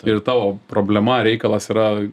ir tavo problema reikalas yra